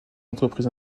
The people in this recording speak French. entreprises